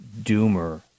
Doomer